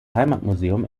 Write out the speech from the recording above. heimatmuseum